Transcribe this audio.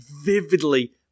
vividly